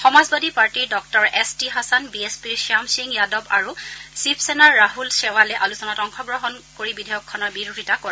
সমাজবাদী পাৰ্টিৰ ডঃ S T Hasan B S পিৰ শ্যাম সিং যাদৱ আৰু শিৱসেনাৰ ৰাছল শ্চেৰালে আলোচনাত অংশগ্ৰহণ কৰিম বিধেয়কখনৰ বিৰোধিতা কৰে